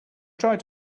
tried